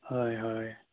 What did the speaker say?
হয় হয়